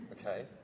okay